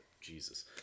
Jesus